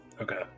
Okay